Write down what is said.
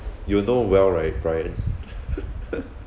you know well right brian